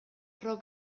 rock